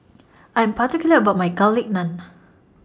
I Am particular about My Garlic Naan